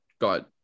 got